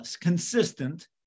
consistent